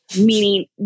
meaning